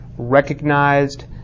Recognized